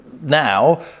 now